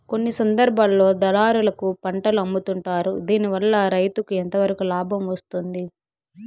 కొన్ని సందర్భాల్లో దళారులకు పంటలు అమ్ముతుంటారు దీనివల్ల రైతుకు ఎంతవరకు లాభం వస్తుంది?